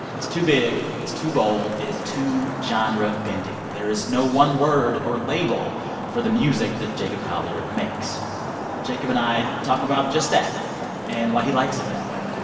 it's too big, it's too bold. it is too genre-bending. there is no one word or label for the music that jacob collier makes jacob and i talk about just that and why he likes it that way.